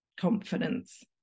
confidence